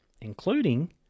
including